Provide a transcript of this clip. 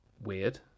weird